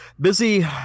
busy